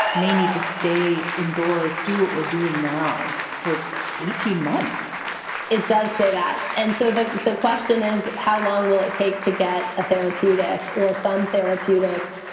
may need to stay indoors, do what we're doing now for eighteen months it does say that. and so the the question is, how long will it take to get a therapeutic or some therapeutics?